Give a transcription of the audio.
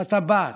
שפת הבת,